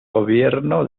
gobierno